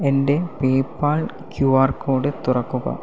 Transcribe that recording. എൻ്റെ PayPal Q R code തുറക്കുക